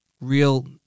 real